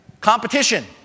Competition